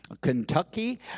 Kentucky